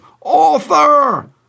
AUTHOR